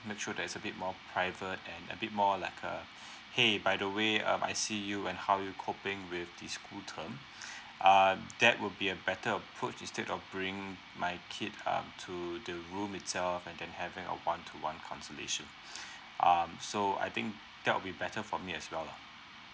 make sure that is a bit more private and a bit more like uh hey by the way um I see you and how you coping with this school term um that would be a better approach instead of bringing my kid um to the room itself and then having a one to one consulation um so I think that will be better for me as well lah